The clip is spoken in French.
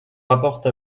rapporte